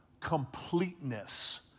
completeness